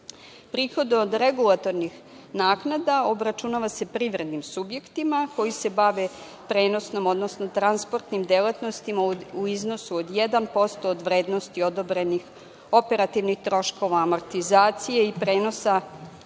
8,9%.Prihode od regulatornih naknada obračunava se privrednim subjektima koji se bave prenosom, odnosno transportnim delatnostima u iznosu od 1% od vrednosti odobrenih operativnih troškova amortizacije i prenosa